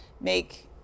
make